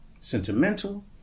sentimental